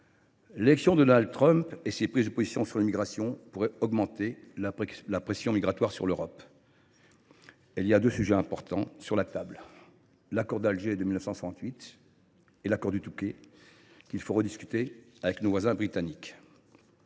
L’élection de Donald Trump et ses prises de position sur l’immigration pourraient augmenter la pression migratoire sur l’Europe. Il y a deux sujets importants sur la table : l’accord franco algérien de 1968 et l’accord du Touquet, qu’il faut rediscuter avec nos voisins britanniques.